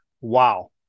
wow